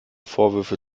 vorwürfe